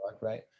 right